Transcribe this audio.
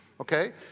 Okay